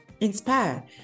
inspire